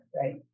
right